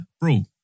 Bro